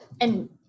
And-